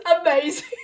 amazing